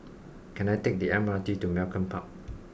can I take the M R T to Malcolm Park